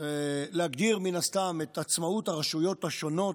להגדיר מן הסתם את עצמאות הרשויות השונות,